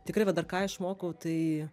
tikrai va dar ką išmokau tai